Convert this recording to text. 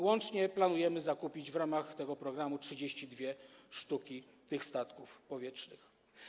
Łącznie planujemy zakupić w ramach tego programu 32 sztuki tych statków powietrznych.